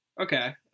Okay